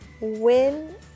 win